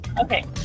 Okay